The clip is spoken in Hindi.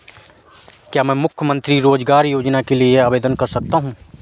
क्या मैं मुख्यमंत्री रोज़गार योजना के लिए आवेदन कर सकता हूँ?